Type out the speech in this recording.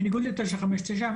בניגוד ל-959,